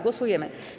Głosujemy.